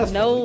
no